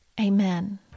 Amen